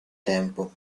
tempo